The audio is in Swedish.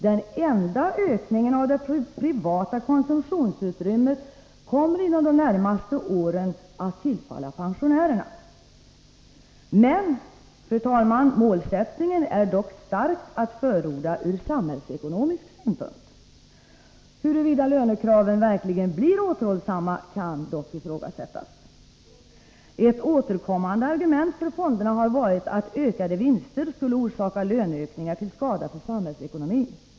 Den enda ökningen av det privata konsumtionsutrymmet kommer inom de närmaste åren att tillfalla pensionärerna. Men, fru talman, målsättningen är starkt att förorda ur samhällsekonomisk synpunkt. Huruvida lönekraven verkligen blir återhållsamma kan dock ifrågasättas. Ett återkommande argument för fonderna har varit att ökade vinster skulle orsaka löneökningar till skada för samhällsekonomin.